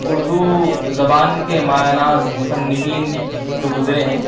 اردو زبان کے مایہ ناز مصنفین جو گزرے ہیں